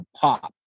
pop